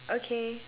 okay